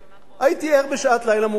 הייתי ער בשעת לילה מאוחרת.